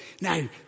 Now